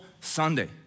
Sunday